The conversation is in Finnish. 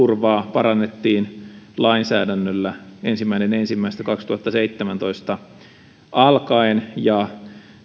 parannettiin lainsäädännöllä ensimmäinen ensimmäistä kaksituhattaseitsemäntoista alkaen ja